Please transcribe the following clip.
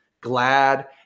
glad